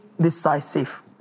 decisive